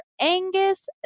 Angus